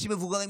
אנשים מבוגרים,